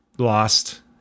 lost